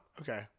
okay